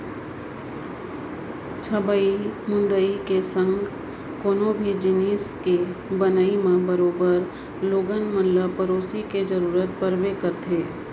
छबई मुंदई के संग कोनो भी जिनिस के बनई म बरोबर लोगन मन ल पेरोसी के जरूरत परबे करथे